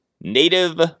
Native